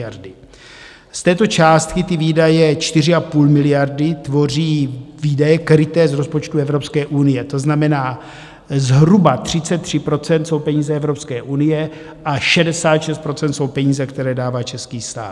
Z této částky ty výdaje 4,5 miliardy tvoří výdaje kryté z rozpočtu Evropské unie, to znamená zhruba 33 % jsou peníze Evropské unie a 66 % jsou peníze, které dává český stát.